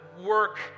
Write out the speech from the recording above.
work